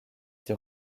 dit